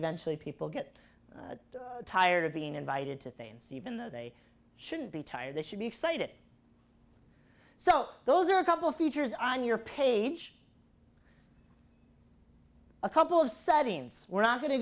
eventually people get tired of being invited to things even though they should be tired they should be excited so those are a couple of features on your page a couple of settings we're not going to